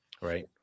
Right